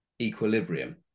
equilibrium